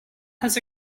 has